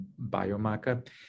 biomarker